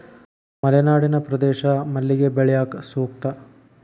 ಮಲೆನಾಡಿನ ಪ್ರದೇಶ ಮಲ್ಲಿಗೆ ಬೆಳ್ಯಾಕ ಸೂಕ್ತ